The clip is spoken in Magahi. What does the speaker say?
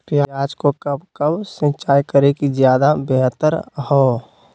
प्याज को कब कब सिंचाई करे कि ज्यादा व्यहतर हहो?